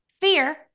Fear